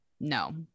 No